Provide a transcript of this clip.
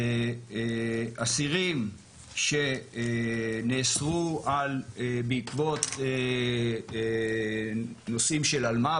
אסירים שנאסרו בעקבות נושאים של אלמ"ב,